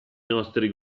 vostri